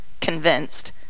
convinced